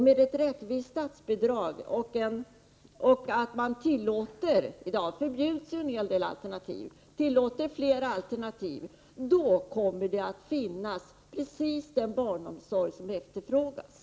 Med ett rättvist statsbidrag och genom att man tillåter flera alternativ — i dag förbjuds en hel del alternativ — kommer det att finnas just den barnomsorg som efterfrågas.